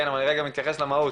אבל אני רוצה רגע להתייחס למהות,